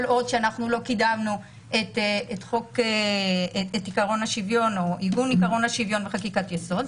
עוד היא לא מקדמת עת עיגון עקרון השוויון בחקיקת יסוד.